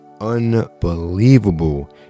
unbelievable